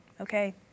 okay